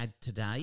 today